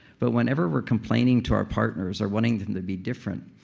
but whenever we're complaining to our partners, or wanting them to be different,